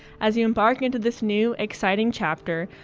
as you embark into this new, exciting chapter,